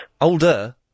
Older